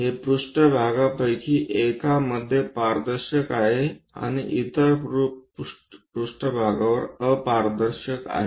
हे पृष्ठभागांपैकी एकामध्ये पारदर्शक आहेत आणि इतर पृष्ठभागवर अपारदर्शक आहेत